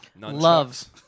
Loves